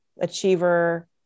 achiever